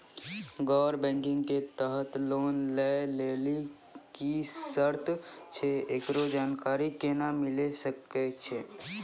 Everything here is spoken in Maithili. गैर बैंकिंग के तहत लोन लए लेली की सर्त छै, एकरो जानकारी केना मिले सकय छै?